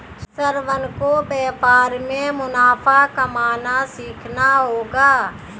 श्रवण को व्यापार में मुनाफा कमाना सीखना होगा